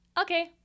Okay